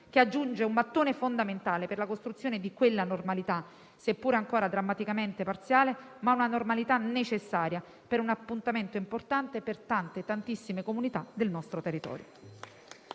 e aggiunge un mattone fondamentale per la costruzione di quella normalità, seppure ancora drammaticamente parziale, necessaria per un appuntamento importante per tante, tantissime comunità del nostro territorio.